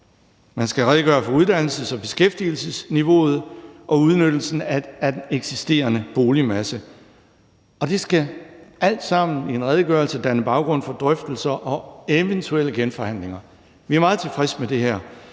Man skal redegøre for uddannelses- og beskæftigelsesniveauet og udnyttelsen af den eksisterende boligmasse. Og redegørelsen skal med alt dette danne baggrund for drøftelser og eventuelle genforhandlinger. Vi er meget tilfredse med det her.